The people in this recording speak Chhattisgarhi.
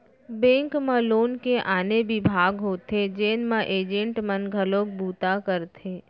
बेंक म लोन के आने बिभाग होथे जेन म एजेंट मन घलोक बूता करथे